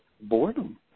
boredom